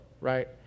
right